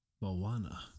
MOANA